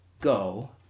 go